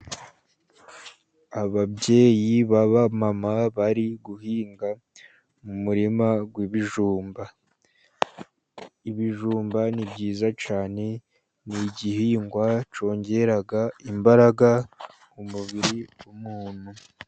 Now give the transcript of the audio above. Ababyeyi baba mama bari guhinga mu murima w'ibijumba , ibijumba ni byiza cyane n'igihingwa cyongera imbaraga umubiri w'umuntu.